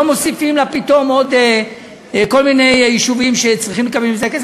לא מוסיפים לה פתאום עוד כל מיני יישובים שצריכים לקבל מזה כסף.